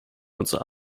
unsere